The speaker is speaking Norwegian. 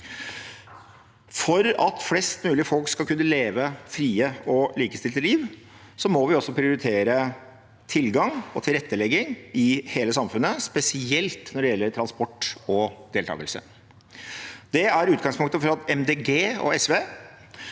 For at flest mulig skal kunne leve et fritt og likestilt liv, må vi også prioritere tilgang og tilrettelegging i hele samfunnet, spesielt når det gjelder transport og deltakelse. Det er utgangspunktet for at